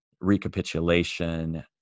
recapitulation